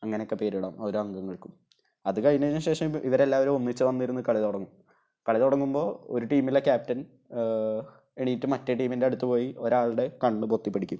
അങ്ങനെയൊക്കെ പേരിടാം ഓരോ അംഗങ്ങൾക്കും അത് കഴിഞ്ഞതിനുശേഷം ഇവരെല്ലാവരും ഒന്നിച്ചു വന്നിരുന്നു കളി തുടങ്ങും കളി തുടങ്ങുമ്പോള് ഒരു ടീമിലെ ക്യാപ്റ്റൻ എഴുന്നേറ്റ് മറ്റേ ടീമിൻ്റെ അടുത്ത് പോയി ഒരാളുടെ കണ്ണുപൊത്തിപ്പിടിക്കും